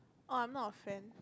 oh I'm not a fan